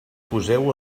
poseu